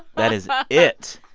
that is it.